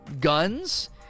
guns